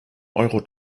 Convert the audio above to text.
euro